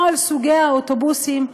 כל סוגי האוטובוסים.